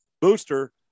booster